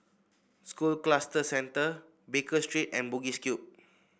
School Cluster Centre Baker Street and Bugis Cube